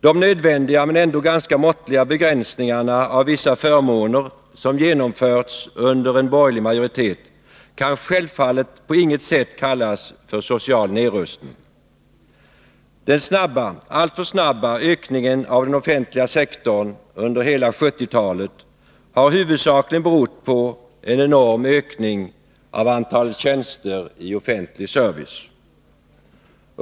De nödvändiga men ändå ganska måttliga begränsningar av vissa förmåner som genomfördes under en borgerlig majoritet kan självfallet på inget sätt kallas för social nedrustning. Den snabba — alltför snabba — ökningen av den offentliga sektorn under hela 1970-talet har huvudsakligen berott på en enorm ökning av antalet tjänster i offentlig service.